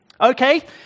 Okay